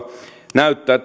näyttää